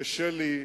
ושלי,